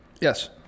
yes